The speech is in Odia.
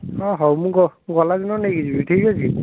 ହଁ ହଉ ମୁଁ ଗଲା ଦିନ ନେଇକି ଯିବି ଠିକ୍ ଅଛି